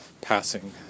passing